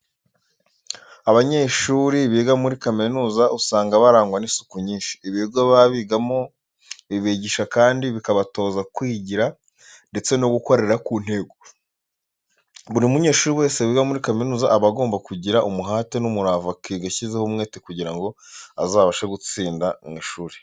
Abanyeshuri biga muri kaminuza usanga barangwa n'isuku nyinshi. Ibigo baba bigaho bibigisha kandi bikabatoza kwigira ndetse no gukorera ku ntego. Buri munyeshuri wese wiga muri kaminuza, aba agomba kugira umuhate n'umurava akiga ashyizeho umwete kugira ngo azabashe gutsinda mu ishuri.